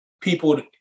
people